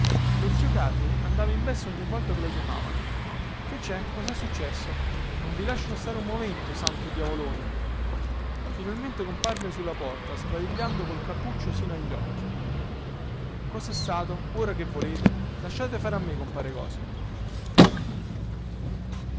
lo zio carmine andava in bestia ogni volta che lo chiamavano che cè cosè successo non mi lasciano stare un momento santo diavolone finalmente comparve sulla porta sbadigliando col cappuccio sino agli occhi cosè stato ora che volete lasciate fare a me compare cosimo